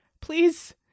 please